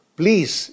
please